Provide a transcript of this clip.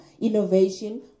innovation